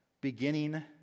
beginning